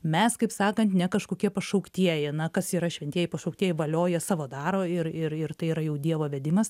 mes kaip sakant ne kažkokie pašauktieji na kas yra šventieji pašauktieji valioja savo daro ir ir ir tai yra jau dievo vedimas